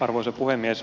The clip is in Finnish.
arvoisa puhemies